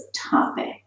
topic